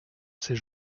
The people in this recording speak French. ses